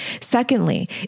Secondly